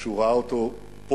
כשהוא ראה אותו פה,